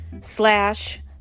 slash